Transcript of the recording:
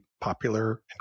popular